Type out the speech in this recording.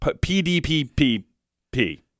P-D-P-P-P